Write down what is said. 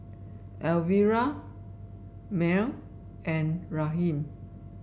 Elvira Merl and Raheem